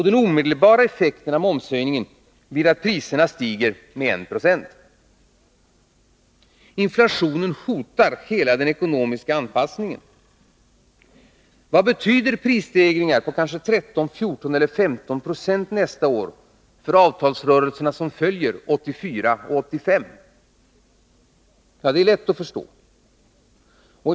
Den omedelbara effekten av momshöjningen blir att priserna stiger med 196. Inflationen hotar hela den ekonomiska anpassningen. Vad prisstegringar på kanske 13, 14 eller 15 96 nästa år betyder för avtalsrörelserna 1984 och 1985 är lätt att förstå.